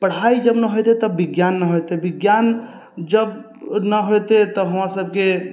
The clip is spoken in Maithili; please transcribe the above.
पढाइ जब नहि होइतै तब विज्ञान नहि होइतै विज्ञान जब नहि होइतै तब हमर सबके